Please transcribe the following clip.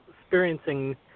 experiencing